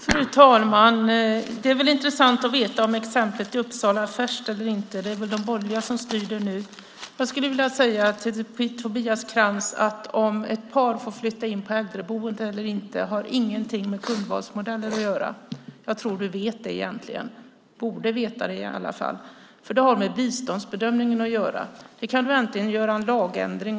Fru talman! Det är intressant att veta om exemplet i Uppsala är färskt eller inte. Det är väl de borgerliga som styr där nu. Jag skulle vilja säga till Tobias Krantz att om ett par får flytta in på ett äldreboende eller inte har ingenting med kundvalsmodeller att göra. Jag tror att du vet det egentligen. Du borde veta det i alla fall, för det har med biståndsbedömningen att göra. Vi kan nu äntligen göra en lagändring.